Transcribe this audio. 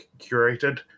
curated